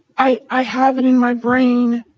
i i have it in my brain